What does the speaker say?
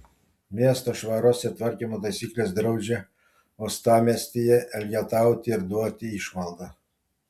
miesto švaros ir tvarkymo taisyklės draudžia uostamiestyje elgetauti ir duoti išmaldą